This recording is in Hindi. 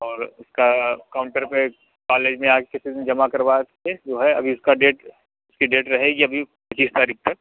और उसका काउंटर पर कॉलेज में आ कर किसी ने जमा करवा के जो है अभी उसका डेट उसकी डेट रहेगी अभी पच्चीस तारीख़ तक